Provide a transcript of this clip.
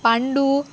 Pandu